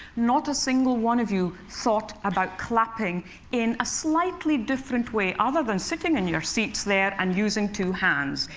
not a single one of you thought about clapping in a slightly different way other than sitting in your seats there and using two hands.